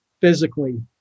physically